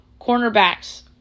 Cornerbacks